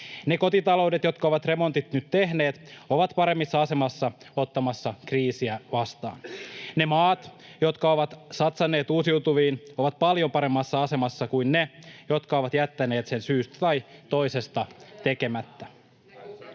Ne kotitaloudet, jotka ovat remontit nyt tehneet, ovat paremmassa asemassa ottamassa kriisiä vastaan. Ne maat, jotka ovat satsanneet uusiutuviin, ovat paljon paremmassa asemassa kuin ne, jotka ovat jättäneet sen syystä tai toisesta tekemättä.